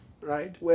right